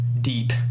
deep